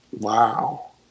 Wow